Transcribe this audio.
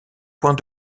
point